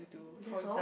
that's all